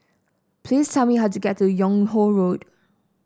please tell me how to get to Yung Ho Road